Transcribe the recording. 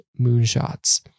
moonshots